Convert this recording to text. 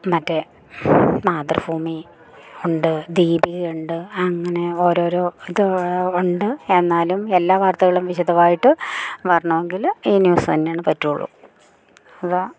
മറ്റേ മാതൃഭൂമി ഉണ്ട് ദീപികയുണ്ട് അങ്ങനെ ഓരോരോ ഇതുണ്ട് എന്നാലും എല്ലാ വാർത്തകളും വിശദമായിട്ട് വരണമെങ്കില് ഈ ന്യൂസ് തന്നെയാണ് പറ്റുകയുള്ളു അതാ